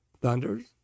thunders